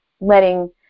letting